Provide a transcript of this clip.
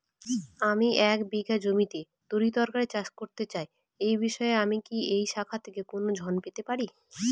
আমি এক বিঘা জমিতে তরিতরকারি চাষ করতে চাই এই বিষয়ে আমি কি এই শাখা থেকে কোন ঋণ পেতে পারি?